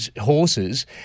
horses